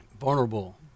vulnerable